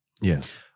Yes